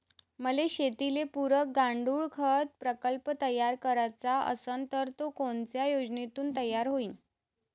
मले शेतीले पुरक गांडूळखत प्रकल्प तयार करायचा असन तर तो कोनच्या योजनेतून तयार होईन?